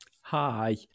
Hi